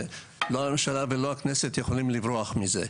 ולא הממשלה ולא הכנסת יכולים לברוח מזה.